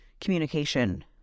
communication